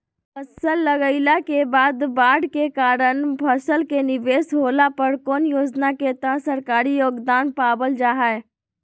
फसल लगाईला के बाद बाढ़ के कारण फसल के निवेस होला पर कौन योजना के तहत सरकारी योगदान पाबल जा हय?